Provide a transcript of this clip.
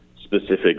specific